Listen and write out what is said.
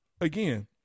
Again